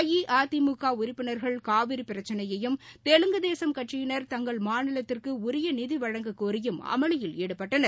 அஇஅதிமுக உறுப்பினா்கள் காவிரி பிரச்சினையையும் தெலுங்கு தேசம் கட்சியினா் தங்கள் மாநிலத்துக்கு உரிய நிதி வழங்கக் கோரியும் அமளியில் ஈடுபட்டனர்